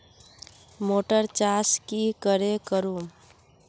Motor चास की करे करूम?